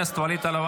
תורה.